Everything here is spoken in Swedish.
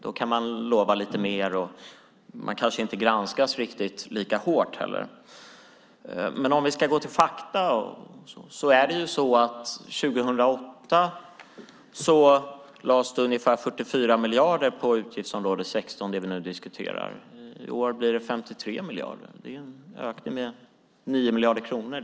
Då kan man lova lite mer och kanske inte heller granskas lika hårt. Om vi ska gå till fakta lades det år 2008 ungefär 44 miljarder på utgiftsområde 16 som vi diskuterar. I år blir det 53 miljarder. Det är en ökning med 9 miljarder kronor.